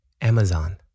Amazon